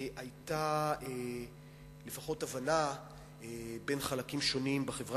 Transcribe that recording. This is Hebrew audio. היתה לפחות הבנה בין חלקים שונים בחברה